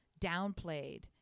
downplayed